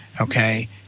okay